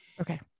Okay